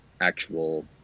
actual